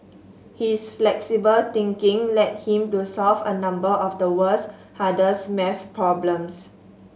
his flexible thinking led him to solve a number of the world's hardest maths problems